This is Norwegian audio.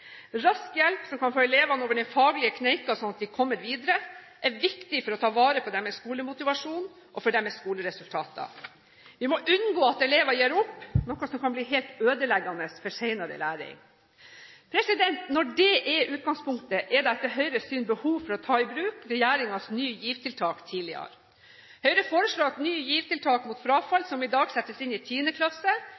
Rask hjelp som kan få elevene over den faglige kneika, slik at de kommer videre, er viktig for å ta vare på deres skolemotivasjon og viktig for deres skoleresultater. Vi må unngå at elever gir opp, noe som kan bli helt ødeleggende for senere læring. Når dette er utgangspunktet, er det etter Høyres syn behov for å ta i bruk regjeringens Ny GIV-tiltak tidligere. Høyre foreslår at Ny GIV-tiltak mot frafall,